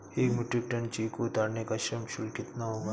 एक metric ton चीकू उतारने का श्रम शुल्क कितना होगा?